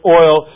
oil